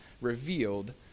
revealed